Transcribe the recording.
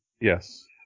Yes